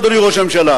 אדוני ראש הממשלה,